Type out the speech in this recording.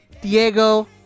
Diego